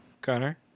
connor